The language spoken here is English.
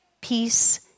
peace